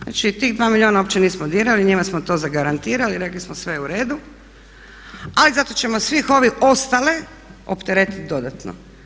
Znači, tih 2 milijuna uopće nismo dirali, njima smo to zagarantirali, rekli smo sve je u redu ali zato ćemo svih ove ostale opteretiti dodatno.